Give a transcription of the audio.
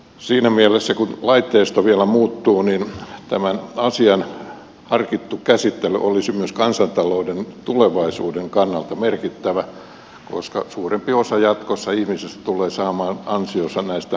siinä mielessä kun laitteisto vielä muuttuu tämän asian harkittu käsittely olisi myös kansantalouden tulevaisuuden kannalta merkittävää koska jatkossa suurempi osa ihmisistä tulee saamaan ansionsa näistä asioista